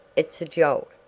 it's a jolt,